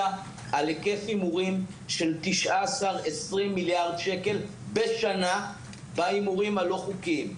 על היקף הימורים של 19 - 20 מיליארד שקל בשנה בהימורים הלא חוקיים.